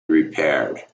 repaired